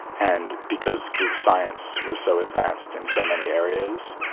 and because good science was so advanced and so many areas,